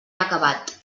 acabat